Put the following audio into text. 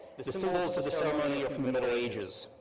the symbols of the ceremony are from the middle ages.